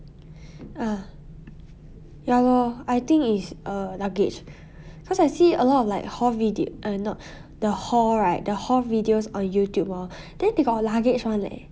ah ya lor I think is a luggage cause I see a lot of like hall vid~ err no the hall right the hall videos on youtube hor then they got luggage [one] eh